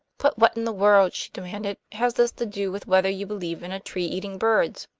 but what in the world, she demanded, has this to do with whether you believe in a tree eating birds?